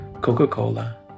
Coca-Cola